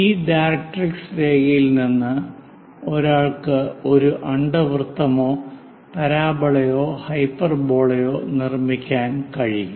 ഈ ഡയറക്ട്രിക്സ് രേഖയിൽ നിന്ന് ഒരാൾക്ക് ഒരു അണ്ഡവൃത്തമോ പരാബോളയോ ഹൈപ്പർബോളയോ നിർമ്മിക്കാൻ കഴിയും